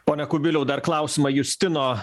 pone kubiliau dar klausimą justino